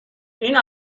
این